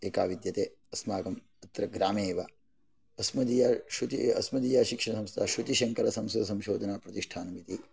एका विद्यते अस्माकं तत्र ग्रामे एव अस्मदीय श्रुतिशङ्कर संशोधनप्रतिष्ठानम् इति